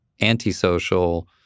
antisocial